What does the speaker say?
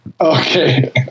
Okay